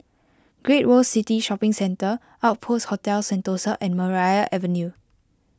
Great World City Shopping Centre Outpost Hotel Sentosa and Maria Avenue